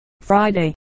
Friday